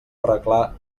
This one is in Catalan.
arreglar